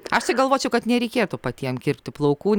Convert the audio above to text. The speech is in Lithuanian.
aš tai galvočiau kad nereikėtų patiem kirpti plaukų